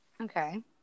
Okay